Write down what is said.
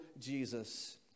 Jesus